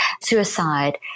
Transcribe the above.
suicide